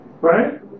right